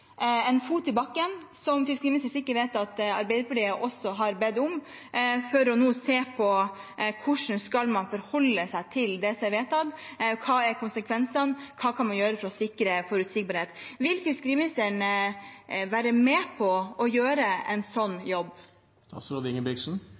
en fot i bakken, som fiskeriministeren sikkert vet at Arbeiderpartiet også har bedt om for å se på hvordan man skal forholde seg til det som er vedtatt. Hva er konsekvensene? Hva kan man gjøre for å sikre forutsigbarhet? Vil fiskeriministeren være med på å gjøre en sånn